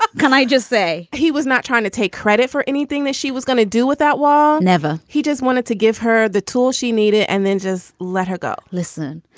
can i just say he was not trying to take credit for anything that she was gonna do with that wall? never. he just wanted to give her the tools she needed and then just let her go listen,